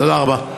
תודה רבה.